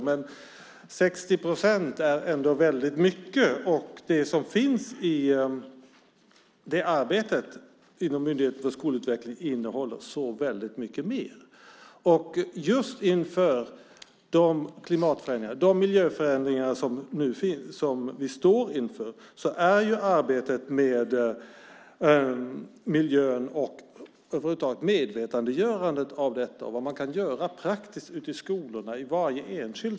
Men 60 procent är ändå väldigt mycket. Det som finns i arbetet på Myndigheten för skolutveckling innehåller väldigt mycket mer. Just med de klimatförändringar och miljöförändringar som vi nu står inför är det otroligt viktigt med arbetet med miljön och över huvud taget medvetandegörandet av detta och vad man kan göra praktiskt ute i skolorna.